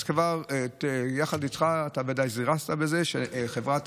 אז כבר, יחד איתך, אתה ודאי זירזת את זה, וחברת